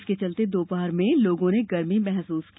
इसके चलते दोपहर में लोगों में गर्मी महसूस की